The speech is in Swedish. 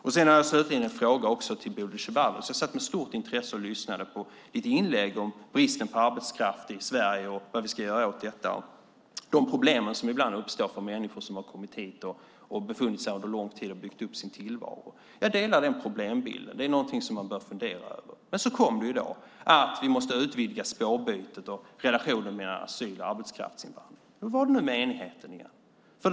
Jag har slutligen en fråga till Bodil Ceballos. Jag lyssnade med stort intresse på ditt inlägg om bristen på arbetskraft i Sverige och vad vi ska göra åt detta och de problem som ibland uppstår för människor har kommit hit och under lång tid befunnit sig här och byggt upp sin tillvaro. Jag delar den problembilden. Det är någonting som man bör fundera över. Men så kom det: Vi måste utvidga "spårbytet" och relationen mellan asyl och arbetskraftsinvandring. Hur var det nu med enigheten igen?